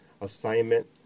assignment